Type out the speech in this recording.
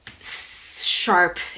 sharp